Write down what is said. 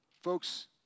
Folks